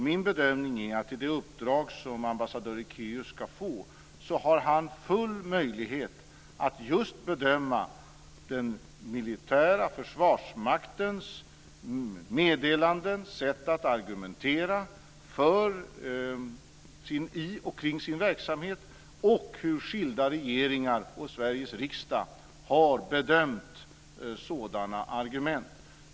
Min bedömning är att enligt det uppdrag som ambassadör Ekéus ska få har han full möjlighet att just bedöma den militära försvarsmaktens meddelanden, sätt att argumentera för och kring sin verksamhet och hur skilda regeringar och Sveriges riksdag har bedömt sådana argument.